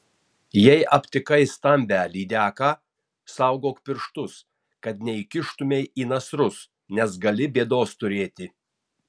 jei aptikai stambią lydeką saugok pirštus kad neįkištumei į nasrus nes gali bėdos turėti